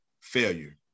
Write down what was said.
failure